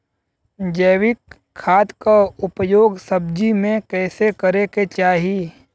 जैविक खाद क उपयोग सब्जी में कैसे करे के चाही?